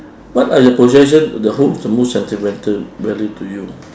what are your possession the hold the most sentimental value to you